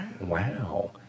wow